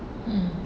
mm